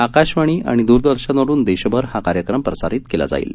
आकाशवाणी आणि दूरदर्शनवरुन देशभर हा कार्यक्रम प्रसारित केला जाईल